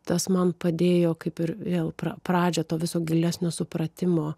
tas man padėjo kaip ir vėl pradžią to viso gilesnio supratimo